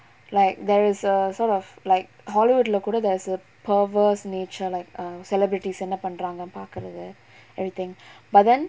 like there is a sort of like hollywood lah கூட:kooda there is a perverse nature like a celebrity என்ன பண்றாங்க பாக்குறது:enna panraanga paakurathu everything but then